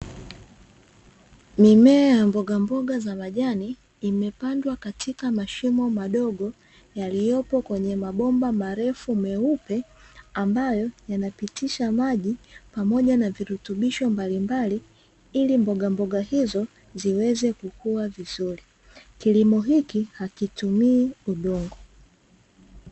Mimea ya mbogamboga za majani, imepandwa katika mashimo madogo, yaliyopo kwenye mabomba marefu meupe, ambayo yanapitisha maji pamoja na virutubisho mbalimbali, ili mbogamboga hizo ziweze kukua vizuri, kilimo hiki hakitumii udongo.